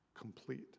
complete